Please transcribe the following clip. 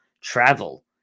travel